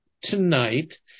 tonight